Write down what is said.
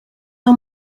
are